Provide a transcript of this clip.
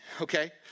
okay